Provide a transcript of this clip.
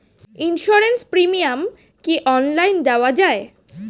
Insurance premium কি online দেওয়া যায়?